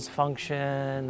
function